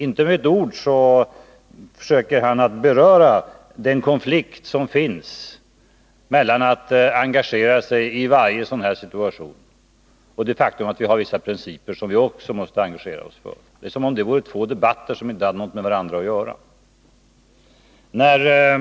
Inte med ett ord försöker han att beröra den konflikt som finns mellan önskemålet om engagemang i varje sådan här situation och det faktum att vi har vissa principer som vi också måste engagera oss för. Det är som om det vore två debatter som inte hade något med varandra att göra.